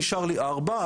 נשאר לי ארבע,